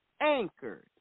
anchored